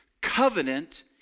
covenant